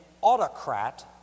autocrat